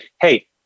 Hey